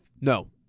No